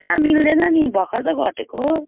कहाँ मिल्दैन नि भर्खर त घटेको